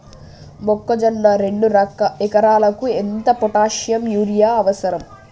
మొక్కజొన్న రెండు ఎకరాలకు ఎంత పొటాషియం యూరియా అవసరం?